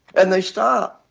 and they stopped,